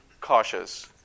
cautious